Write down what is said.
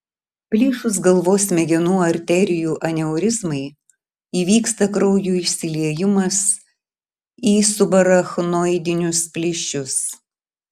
plyšus galvos smegenų arterijų aneurizmai įvyksta kraujo išsiliejimas į subarachnoidinius plyšius